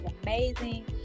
amazing